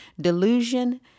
delusion